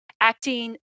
acting